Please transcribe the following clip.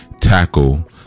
tackle